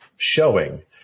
showing